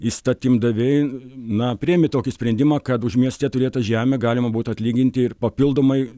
įstatymdaviai na priėmė tokį sprendimą kad už mieste turėtą žemę galima būtų atlyginti ir papildomai